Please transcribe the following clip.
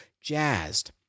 jazzed